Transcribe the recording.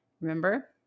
Remember